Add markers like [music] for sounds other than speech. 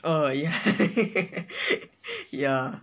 oh ya [laughs] ya